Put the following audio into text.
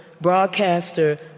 broadcaster